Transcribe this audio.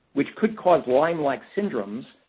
which could cause lyme-like syndromes,